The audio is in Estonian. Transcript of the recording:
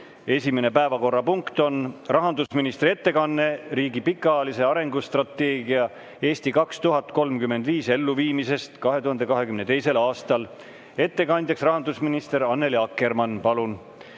Esimene päevakorrapunkt on rahandusministri ettekanne riigi pikaajalise arengustrateegia "Eesti 2035" elluviimisest 2022. aastal. Ettekandja on rahandusminister Annely Akkermann. Palun!